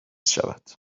شود